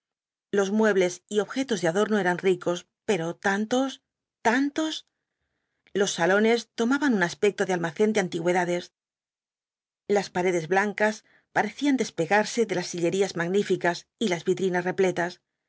los muebles y objetos de adorno eran ricos pero tantos tantos los salones tomaban un aspecto de almacén de antigüedades las paredes blancas parecían despegarse de las sillerías magníficas y las vitrinas repletas